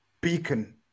beacon